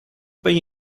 ben